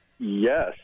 Yes